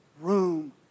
room